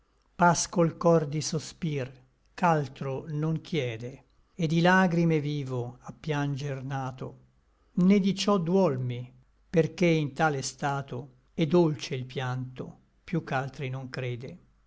pasco l cor di sospir ch'altro non chiede e di lagrime vivo a pianger nato né di ciò duolmi perché in tale stato è dolce il pianto piú ch'altri non crede